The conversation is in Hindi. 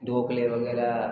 ढोकले वगैरह